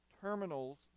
terminals